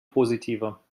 positiver